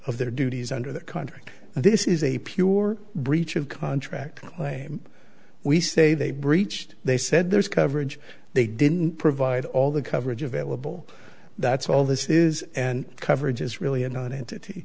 of their duties under that country this is a pure breach of contract claim we say they breached they said there's coverage they didn't provide all the coverage available that's all this is and coverage is really an entity